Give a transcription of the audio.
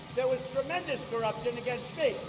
there was tremendous corruption against me.